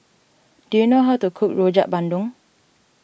do you know how to cook Rojak Bandung